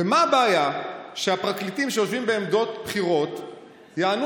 מה הבעיה שהפרקליטים שיושבים בעמדות בכירות יענו